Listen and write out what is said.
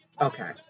Okay